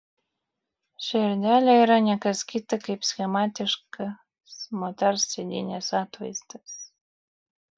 širdelė yra ne kas kita kaip schematiškas moters sėdynės atvaizdas